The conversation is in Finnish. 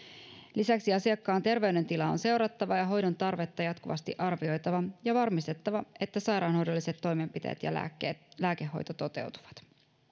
lisäksi asiakkaan terveydentilaa on seurattava ja hoidon tarvetta jatkuvasti arvioitava ja varmistettava että sairaanhoidolliset toimenpiteet ja lääkehoito toteutuvat